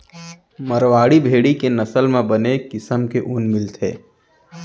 मारवाड़ी भेड़ी के नसल म बने किसम के ऊन मिलथे